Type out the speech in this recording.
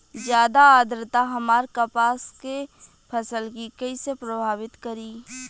ज्यादा आद्रता हमार कपास के फसल कि कइसे प्रभावित करी?